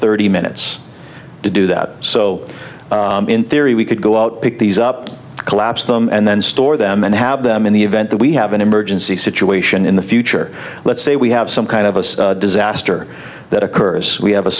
thirty minutes to do that so in theory we could go out pick these up collapse them and then store them and have them in the event that we have an emergency situation in the future let's say we have some kind of a disaster that occurs we have a